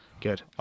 Good